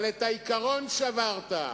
אבל את העיקרון שברת.